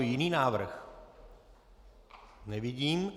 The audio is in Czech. Jiný návrh nevidím.